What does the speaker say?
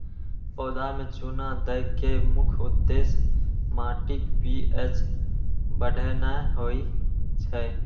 पौधा मे चूना दै के मुख्य उद्देश्य माटिक पी.एच बढ़ेनाय होइ छै